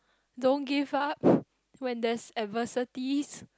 don't give up when there's adversities